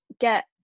get